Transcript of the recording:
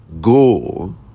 go